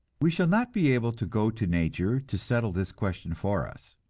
we shall not be able to go to nature to settle this question for us.